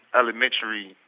elementary